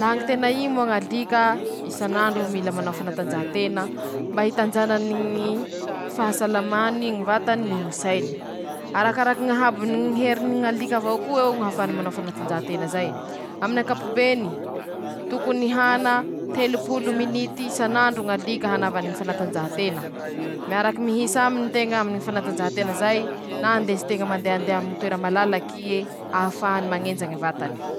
Laha tena i moa ñalika isan'andro mila manao fanatanjahantena: - mba hitanjanany fahasalamany ñy vatany noho ñy sainy. - Arakaraky ñy hahabo ny heriny ñalika avao koa; eo ñy ahafahany manao fanatanjahatena zay aminy ankapobeny. - Tokony hana telopolo minity sanandro ñalika hanavany ñy fanatanjahatena; miaraky mihisa aminy teña aminy ñy fanatanjahatena zay na andesy teña mandehandeha aminy ñy toera malalaky eee, ahafahany mañenja ñy vatany.